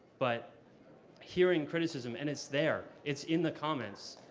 but hearing criticism, and it's there, it's in the comments.